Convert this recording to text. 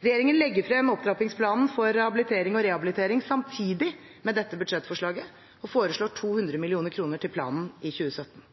Regjeringen legger frem Opptrappingsplanen for habilitering og rehabilitering samtidig med dette budsjettforslaget, og foreslår 200 mill. kr til planen i 2017.